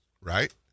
right